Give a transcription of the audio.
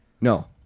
No